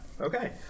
Okay